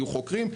יהיו חוקרים,